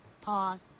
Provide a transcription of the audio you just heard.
Pause